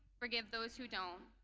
forgive those who don't.